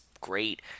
great